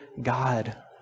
God